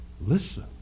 Listen